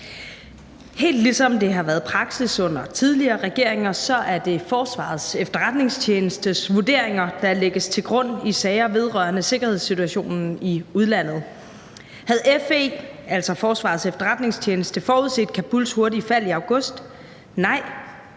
Helt ligesom det har været praksis under tidligere regeringer, er det Forsvarets Efterretningstjenestes vurderinger, der lægges til grund i sager vedrørende sikkerhedssituationen i udlandet. Havde FE – altså Forsvarets Efterretningstjeneste – forudset Kabuls hurtige fald i august? Nej,